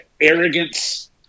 arrogance